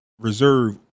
reserve